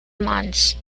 months